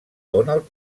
donald